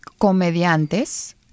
Comediantes